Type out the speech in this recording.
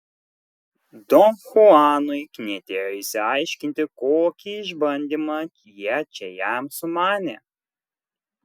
don chuanui knietėjo išsiaiškinti kokį išbandymą jie čia jam sumanė